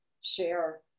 share